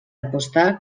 apostar